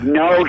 no